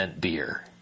beer